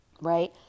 right